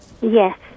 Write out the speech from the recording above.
Yes